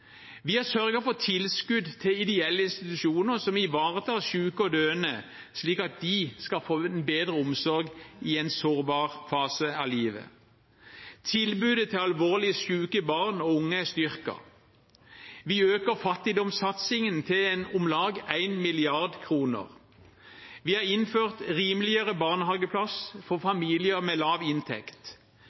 Vi har sørget for tilskudd til ideelle institusjoner som ivaretar syke og døende slik at de skal få en bedre omsorg i en sårbar fase av livet. Tilbudet til alvorlig syke barn og unge er styrket. Vi øker fattigdomssatsingen til om lag 1 mrd. kr. Vi har innført rimeligere barnehageplass for familier med lav inntekt,